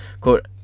Quote